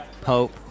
Pope